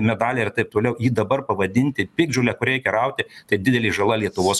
medaliai ir taip toliau jį dabar pavadinti piktžole kur reikia rauti tai didelė žala lietuvos